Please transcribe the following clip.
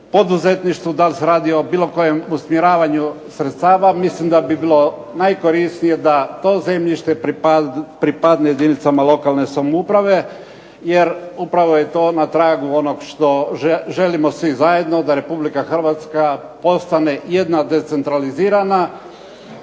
poduzetništvu, da li se radi o bilo kojem usmjeravanju sredstava mislim da bi bilo najkorisnije da to zemljište pripadne jedinicama lokalne samouprave. Jer upravo je to na tragu onog što želimo svi zajedno, da Republika Hrvatska postane jedna decentralizirana